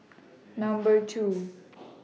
Number two